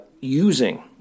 using